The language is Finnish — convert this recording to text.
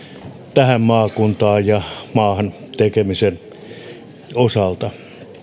tähän maakuntaan ja maahan tekemisen osalta